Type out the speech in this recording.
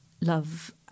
love